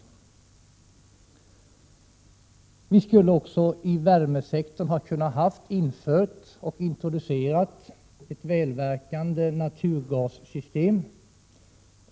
Vi skulle också inom värmesektorn ha kunnat införa och introducera ett väl verkande naturgassystem.